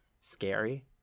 scary